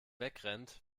wegrennt